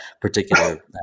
particular